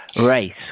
race